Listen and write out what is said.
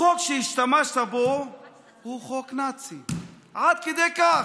החוק שהשתמשת בו הוא חוק נאצי, עד כדי כך,